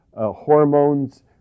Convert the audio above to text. hormones